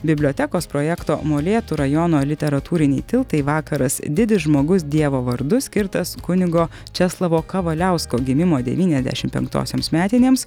bibliotekos projekto molėtų rajono literatūriniai tiltai vakaras didis žmogus dievo vardu skirtas kunigo česlovo kavaliausko gimimo devyniasdešimt penktosioms metinėms